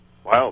Wow